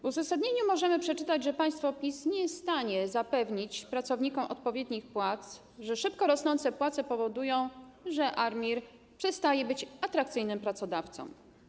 W uzasadnieniu możemy przeczytać, że państwo PiS nie jest w stanie zapewnić pracownikom odpowiednich płac, że szybko rosnące płace powodują, że ARiMR przestaje być atrakcyjnym pracodawcą.